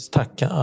tacka